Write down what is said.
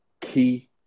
key